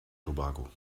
tobago